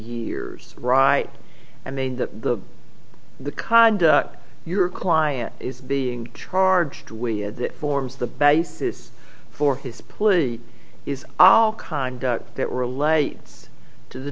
years right i mean that the the conduct your client is being charged with forms the basis for his plea is our conduct that relates to the